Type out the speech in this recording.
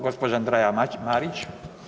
Gospođa Andreja Marić.